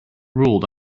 ruled